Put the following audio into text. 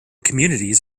communities